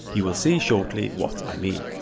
you will see shortly what i mean.